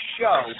show